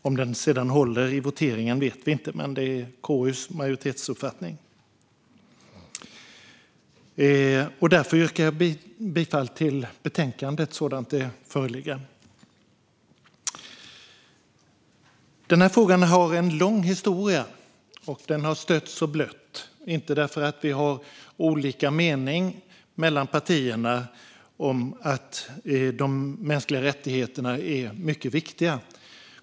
Om den sedan håller i voteringen vet vi inte, men det här är åtminstone majoritetsuppfattningen i KU. Jag yrkar därför bifall till förslaget i betänkandet, sådant det föreligger. Denna fråga har en lång historia, och den har stötts och blötts men inte därför att de olika partierna har olika mening om att de mänskliga rättigheterna är mycket viktiga.